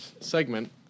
segment